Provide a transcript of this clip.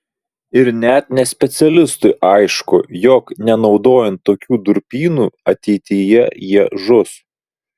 ir net nespecialistui aišku jog nenaudojant tokių durpynų ateityje jie žus